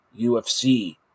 UFC